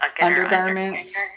undergarments